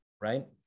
right